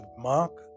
Mark